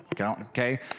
Okay